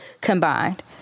combined